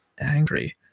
angry